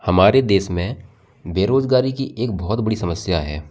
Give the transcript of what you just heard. हमारे देश में बेरोजगारी की एक बहुत बड़ी समस्या है